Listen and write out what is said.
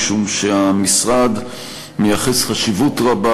משום שהמשרד מייחס חשיבות רבה,